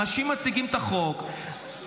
אנשים מציגים את החוק,